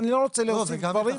אני לא רוצה להוסיף דברים.